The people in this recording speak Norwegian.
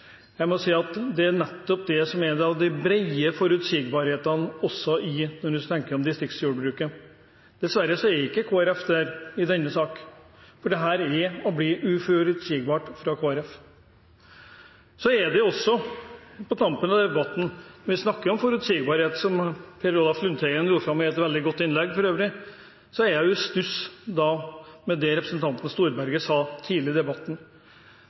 som er en av forutsigbarhetene når man tenker på distriktsjordbruket. Dessverre er ikke Kristelig Folkeparti der i denne saken, for dette er og blir uforutsigbart fra Kristelig Folkeparti. På tampen av debatten, når vi snakker om forutsigbarhet, som Per Olaf Lundteigen dro fram i et veldig godt innlegg, er jeg i stuss om det representanten Storberget sa tidlig i debatten